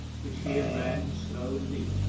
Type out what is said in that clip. which here ran slow and deep.